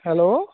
hello